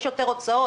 יש יותר הוצאות.